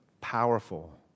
powerful